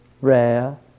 rare